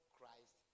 Christ